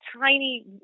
tiny